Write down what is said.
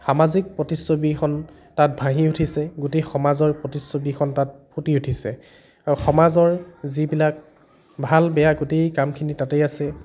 সামাজিক প্ৰতিচ্ছবিখন তাত ভাঁহি উঠিছে গোটেই সমাজৰ প্ৰতিচ্ছবিখন তাত ফুটি উঠিছে আৰু সমাজৰ যিবিলাক ভাল বেয়া গোটেই কামখিনি তাতেই আছে